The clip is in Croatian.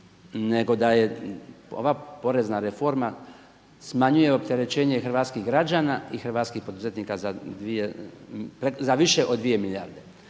Nego da je ova porezna reforma smanjuje opterećenje hrvatskih građana i hrvatskih poduzetnika za više od 2 milijarde.